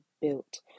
built